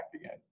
again